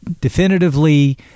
definitively